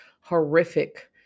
horrific